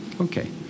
Okay